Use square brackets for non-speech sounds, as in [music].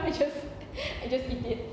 I just [laughs] I just eat it